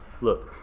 look